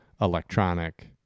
electronic